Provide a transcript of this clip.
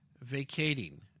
vacating